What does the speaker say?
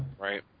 Right